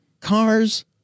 Cars